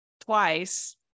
twice